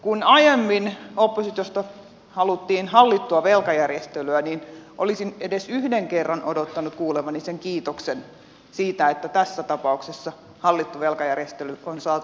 kun aiemmin oppositiosta haluttiin hallittua velkajärjestelyä niin olisin edes yhden kerran odottanut kuulevani kiitoksen siitä että tässä tapauksessa hallittu velkajärjestely on saatu aikaan